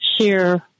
share